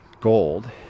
Gold